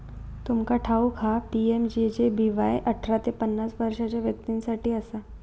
तुमका ठाऊक हा पी.एम.जे.जे.बी.वाय अठरा ते पन्नास वर्षाच्या व्यक्तीं साठी असा